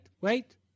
wait